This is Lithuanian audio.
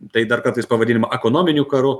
tai dar kartais pavadinama ekonominiu karu